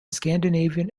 scandinavian